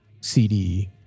CD